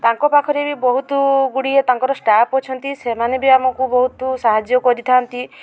ତାଙ୍କ ପାଖରେ ବି ବହୁତ ଗୁଡ଼ିଏ ତାଙ୍କର ଷ୍ଟାପ୍ ଅଛନ୍ତି ସେମାନେ ବି ଆମକୁ ବହୁତ ସାହାଯ୍ୟ କରିଥାନ୍ତି